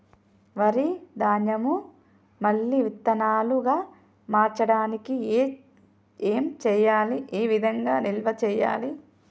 వరి ధాన్యము మళ్ళీ విత్తనాలు గా మార్చడానికి ఏం చేయాలి ఏ విధంగా నిల్వ చేయాలి?